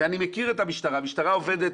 ואני מכיר את המשטרה, המשטרה עובדת